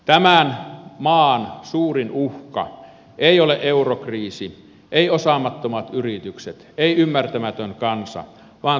tämän maan suurin uhka ei ole eurokriisi ei osaamattomat yritykset ei ymmärtämätön kansa vaan toimintakyvytön hallitus